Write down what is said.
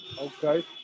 Okay